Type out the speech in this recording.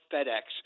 FedEx